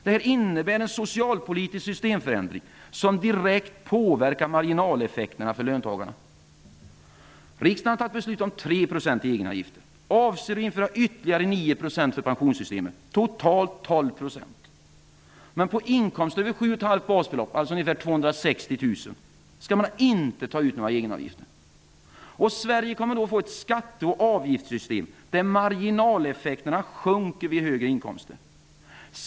Detta innebär en socialpolitisk systemförändring, som direkt påverkar marginaleffekterna för löntagarna. Riksdagen har fattat beslut om 3 % i egenavgifter och avser att införa ytterligare 9 % för pensionssystemet, dvs. totalt 12 %. Men på inkomster över 7,5 basbelopp, dvs. ca 260 000, skall man inte ta ut några egenavgifter. Sverige kommer då att få ett skatte och avgiftssystem där marginaleffekterna sjunker vid högre inkomster.